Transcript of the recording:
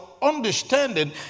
understanding